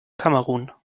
kamerun